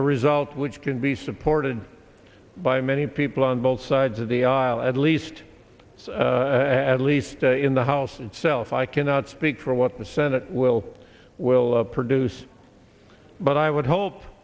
a result which can be supported by many people on both sides of the aisle at least so at least in the house itself i cannot speak for what the senate will will produce but i would hope